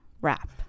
wrap